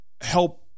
help